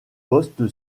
poste